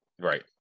Right